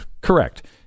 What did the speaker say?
Correct